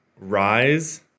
rise